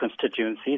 constituency